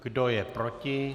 Kdo je proti?